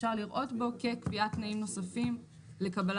אפשר לראות בו כקביעת תנאים נוספים לקבל